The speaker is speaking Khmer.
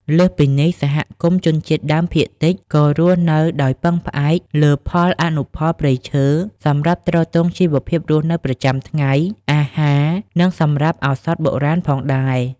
លើសពីនេះ សហគមន៍ជនជាតិដើមភាគតិចក៏រស់នៅដោយពឹងផ្អែកលើផលអនុផលព្រៃឈើសម្រាប់ទ្រទ្រង់ជីវភាពរស់នៅប្រចាំថ្ងៃ អាហារ និងសម្រាប់ឱសថបុរាណផងដែរ។